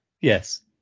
Yes